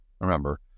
remember